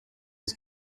his